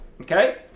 okay